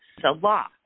Salah